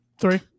three